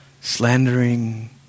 slandering